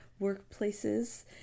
workplaces